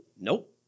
nope